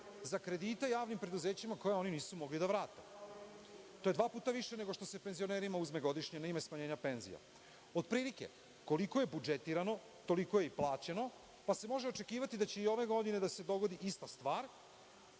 za kredite javnim preduzećima koje oni nisu mogli da vrate. To je dva puta više nego što se penzionerima uzme godišnje na ime smanjenja penzija. Otprilike koliko je budžetirano, toliko je i plaćeno, pa se može očekivati da će i ove godine da se dogodi ista stvar,